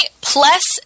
plus